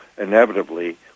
inevitably